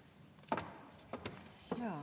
Palun!